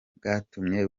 bwatumye